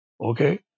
okay